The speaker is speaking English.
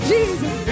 Jesus